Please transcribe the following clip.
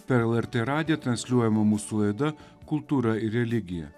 per lrt radiją transliuojama mūsų laida kultūra ir religija